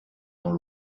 dans